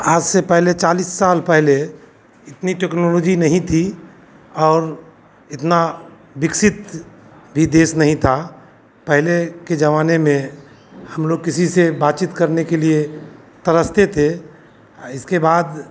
आज से पहले चालिस साल पहले इतनी टेक्नोलोजी नहीं थी और इतना विकसित भी देश नहीं था पहले के जमाने में हम लोग किसी से बातचीत करने के लिए तरसते थे इसके बाद